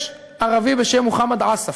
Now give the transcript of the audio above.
יש ערבי בשם מוחמד עסאף,